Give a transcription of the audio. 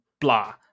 blah